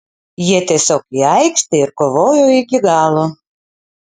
jie tiesiog į aikštę ir kovojo iki galo